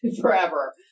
forever